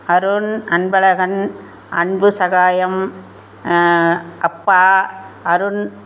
அருண் அன்பழகன் அன்பு சகாயம் அப்பா அருண்